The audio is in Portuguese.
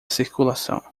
circulação